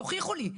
תוכיחו לי.